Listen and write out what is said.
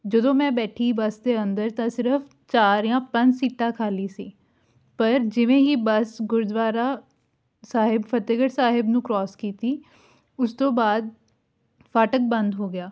ਜਦੋਂ ਮੈਂ ਬੈਠੀ ਬੱਸ ਦੇ ਅੰਦਰ ਤਾਂ ਸਿਰਫ ਚਾਰ ਜਾਂ ਪੰਜ ਸੀਟਾਂ ਖਾਲੀ ਸੀ ਪਰ ਜਿਵੇਂ ਹੀ ਬੱਸ ਗੁਰਦੁਆਰਾ ਸਾਹਿਬ ਫਤਿਹਗੜ੍ਹ ਸਾਹਿਬ ਨੂੰ ਕਰੋਸ ਕੀਤੀ ਉਸ ਤੋਂ ਬਾਅਦ ਫਾਟਕ ਬੰਦ ਹੋ ਗਿਆ